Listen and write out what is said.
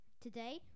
Today